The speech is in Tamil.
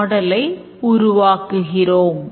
மாடல் உருவாக்குகிறோம்